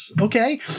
Okay